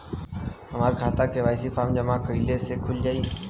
हमार खाता KYC form जमा कइले से खुल जाई?